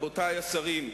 רבותי השרים,